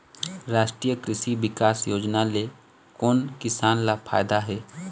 रास्टीय कृषि बिकास योजना ले कोन किसान ल फायदा हे?